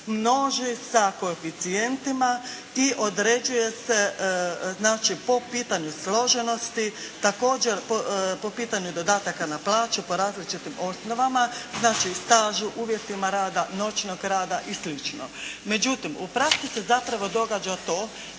množi sa koeficijentima i određuje se znači po pitanju složenosti. Također po pitanju dodataka na plaću, po različitim osnovama. Znači stažu, uvjetima rada, noćnog rada i slično. Međutim u praksi se zapravo događa to